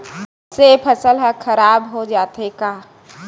से फसल ह खराब हो जाथे का?